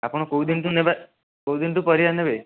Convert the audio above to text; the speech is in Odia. ଆପଣ କେଉଁ ଦିନଠୁ ନେବେ କେଉଁ ଦିନଠୁ ପରିବା ନେବେ